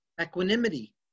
equanimity